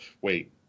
Wait